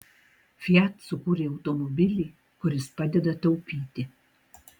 fiat sukūrė automobilį kuris padeda taupyti